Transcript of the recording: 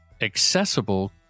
accessible